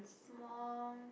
more